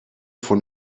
von